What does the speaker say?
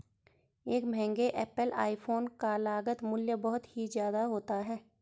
एक महंगे Apple iPhone का लागत मूल्य बहुत ही ज्यादा होता है